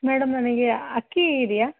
madam ನನಗೆ ಅಕ್ಕಿ ಇದೆಯಾ